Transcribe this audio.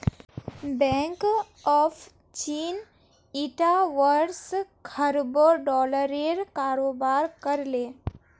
bank of चीन ईटा वर्ष खरबों डॉलरेर कारोबार कर ले